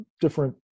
different